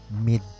mid